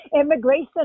Immigration